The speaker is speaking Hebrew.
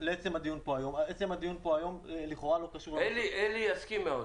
אלי מהאוצר יסכים.